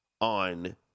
on